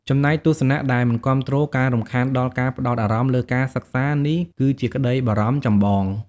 ចំណែកទស្សនៈដែលមិនគាំទ្រ ការរំខានដល់ការផ្តោតអារម្មណ៍លើការសិក្សារ នេះគឺជាក្តីបារម្ភចម្បង។